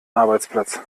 arbeitsplatz